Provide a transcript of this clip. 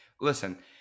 Listen